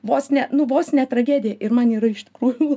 vos ne nu vos ne tragedija ir man yra iš tikrųjų